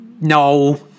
No